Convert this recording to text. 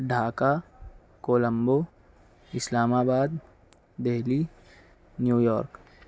Dhaka Colombo Islamabad Delhi New York